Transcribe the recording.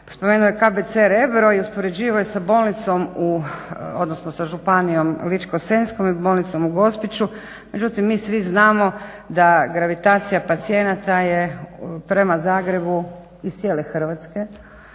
spomenu je KBC Rebro i uspoređivao je sa županijom Ličko-senjskom i bolnicom u Gospiću međutim mi svi znamo da gravitacija pacijenata je prema Zagrebu iz cijele Hrvatske,